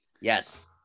yes